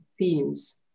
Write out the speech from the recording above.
themes